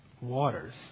waters